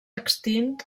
extint